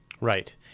Right